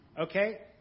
Okay